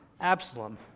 Absalom